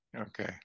Okay